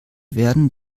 werden